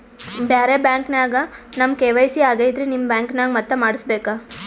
ಬ್ಯಾರೆ ಬ್ಯಾಂಕ ನ್ಯಾಗ ನಮ್ ಕೆ.ವೈ.ಸಿ ಆಗೈತ್ರಿ ನಿಮ್ ಬ್ಯಾಂಕನಾಗ ಮತ್ತ ಮಾಡಸ್ ಬೇಕ?